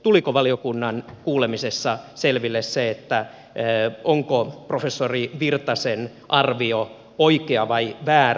tuliko valiokunnan kuulemisessa selville se onko professori virtasen arvio oikea vai väärä